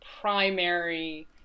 primary